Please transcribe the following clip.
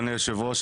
אדוני היושב-ראש,